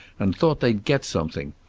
and thought they'd get something.